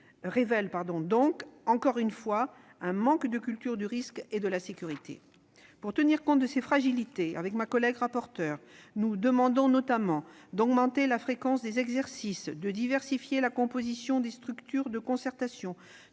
révèle donc, une fois encore, un manque de culture du risque et de la sécurité. Pour tenir compte de ces fragilités, ma collègue rapporteure et moi-même demandons notamment l'augmentation de la fréquence des exercices, la diversification de la composition des structures de concertation,